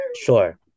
Sure